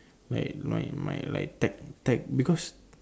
like my my like tech tech because